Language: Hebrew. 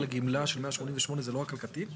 גמלה של 188 זה לא רק על קטין?